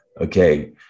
Okay